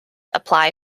apply